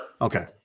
okay